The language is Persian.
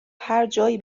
هرجایی